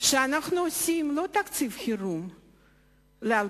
שאנחנו עושים, לא תקציב חירום ל-2009,